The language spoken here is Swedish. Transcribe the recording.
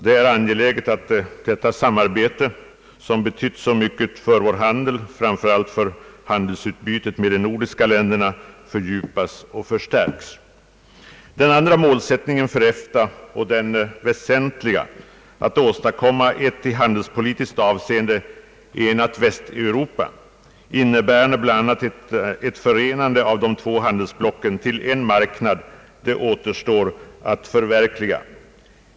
Det är angeläget att detta samarbete som betytt så mycket för vår handel, framför allt för handelsutbytet med de nordiska länderna, fördjupas och förstärks. Den andra målsättningen för EFTA, att åstadkomma ett i handelspolitiskt avseende enat Västeuropa, innebärande bl.a. ett förenande av de två handelsblocken till en marknad, den återstår att förverkliga.